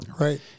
Right